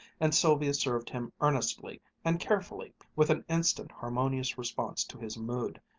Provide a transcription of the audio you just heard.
and sylvia served him earnestly and carefully, with an instant harmonious response to his mood,